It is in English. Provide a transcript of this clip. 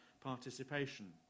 participation